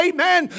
Amen